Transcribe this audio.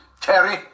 Terry